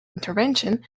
intervention